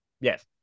Yes